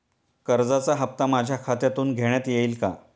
कर्जाचा हप्ता माझ्या खात्यातून घेण्यात येईल का?